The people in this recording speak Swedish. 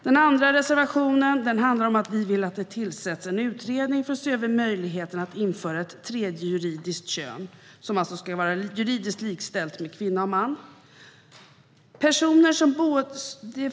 Den andra reservationen handlar om att vi vill att det ska tillsättas en utredning för att se över möjligheten att införa ett tredje juridiskt kön som alltså ska vara juridiskt likställt med kvinna och man.